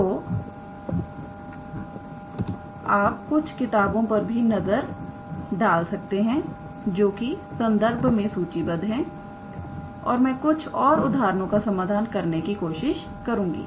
तो आप कुछ किताबों पर भी नजर डाल सकते हैं जोकि संदर्भ में सूचीबद्ध है और मैं कुछ उदाहरणों का समाधान करने की कोशिश करूंगी